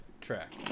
track